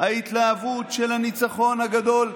ההתלהבות של הניצחון הגדול,